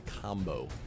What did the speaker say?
combo